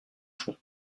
font